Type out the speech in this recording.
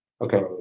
okay